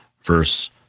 verse